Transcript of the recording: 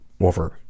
over